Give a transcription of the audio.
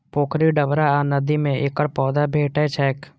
पोखरि, डबरा आ नदी मे एकर पौधा भेटै छैक